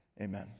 amen